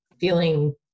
feeling